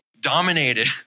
dominated